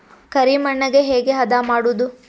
ಕರಿ ಮಣ್ಣಗೆ ಹೇಗೆ ಹದಾ ಮಾಡುದು?